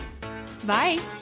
Bye